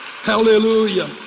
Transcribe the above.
Hallelujah